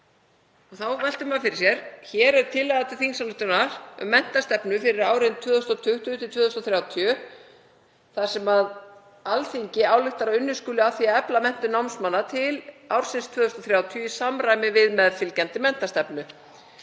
Þá veltir maður fyrir sér: Hér er tillaga til þingsályktunar um menntastefnu fyrir árin 2020–2030 þar sem Alþingi ályktar að unnið skuli að því að efla menntun námsmanna til ársins 2030 í samræmi við meðfylgjandi menntastefnu.